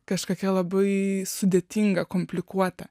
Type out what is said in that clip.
kažkokia labai sudėtinga komplikuota